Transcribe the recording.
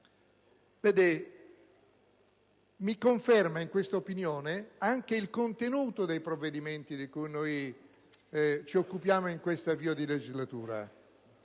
mi conferma in questa opinione anche il contenuto dei provvedimenti di cui ci occupiamo in questo avvio di legislatura.